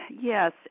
Yes